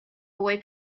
boy